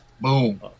Boom